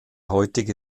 heutige